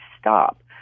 stop